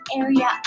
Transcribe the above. area